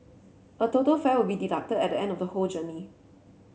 a total fare will be deducted at the end of the whole journey